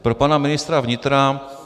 Pro pana ministra vnitra.